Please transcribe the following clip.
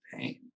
pain